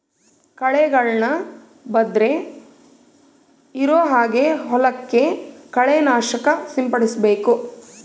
ಕಳೆಗಳನ್ನ ಬರ್ದೆ ಇರೋ ಹಾಗೆ ಹೊಲಕ್ಕೆ ಕಳೆ ನಾಶಕ ಸಿಂಪಡಿಸಬೇಕು